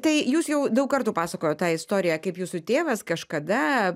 tai jūs jau daug kartų pasakojot tą istoriją kaip jūsų tėvas kažkada